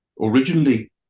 originally